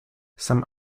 some